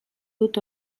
dut